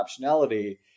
optionality